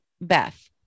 Beth